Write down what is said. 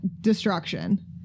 destruction